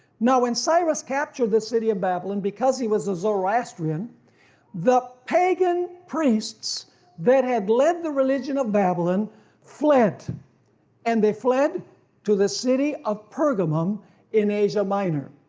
now when cyrus captured the city of babylon because he was a zoroastrian the pagan priests that had led the religion of babylon fled and they fled to the city of pergamum in asia minor,